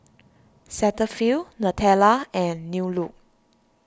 Cetaphil Nutella and New Look